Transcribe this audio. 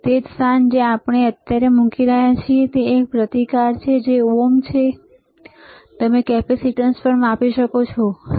તે જ સ્થાન જ્યાં આપણે અત્યારે મુકી રહ્યા છીએ જે એક પ્રતિકાર છે જે ઓહ્મ છે તમે કેપેસીટન્સ પણ માપી શકો છો બરાબર